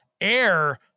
air